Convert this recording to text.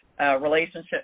relationship